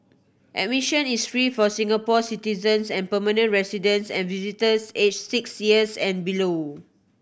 admission is free for Singapore citizens and permanent residents and visitors aged six years and below